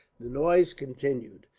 the noise continued.